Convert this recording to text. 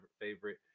favorite